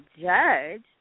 judge